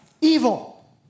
Evil